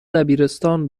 دبیرستان